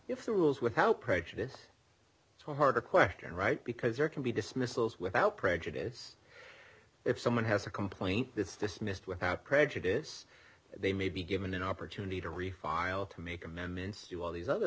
if the rules without prejudice so hard to question right because there can be dismissals without prejudice if someone has a complaint this dismissed without prejudice they may be given an opportunity to refile to make amendments to all these other